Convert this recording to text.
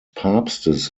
papstes